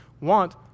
want